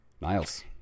niles